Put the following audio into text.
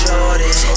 Jordan